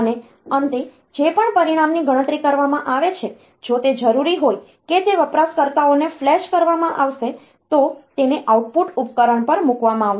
અને અંતે જે પણ પરિણામની ગણતરી કરવામાં આવે છે જો તે જરૂરી હોય કે તે વપરાશકર્તાઓને ફ્લેશ કરવામાં આવશે તો તેને આઉટપુટ ઉપકરણ પર મૂકવામાં આવશે